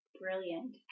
brilliant